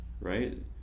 right